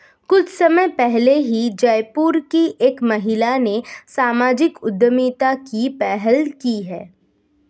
कुछ समय पहले ही जयपुर की एक महिला ने सामाजिक उद्यमिता की पहल की है